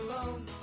alone